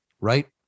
Right